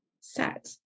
set